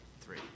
three